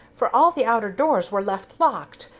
for all the outer doors were left locked,